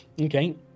Okay